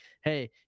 hey